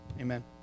Amen